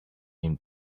him